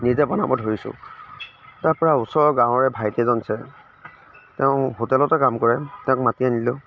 নিজে বনাব ধৰিছোঁ তাৰ পৰা ওচৰৰ গাঁৱৰে ভাইটি এজন আছে তেওঁ হোটেলতে কাম কৰে তেওঁক মাতি আনিলোঁ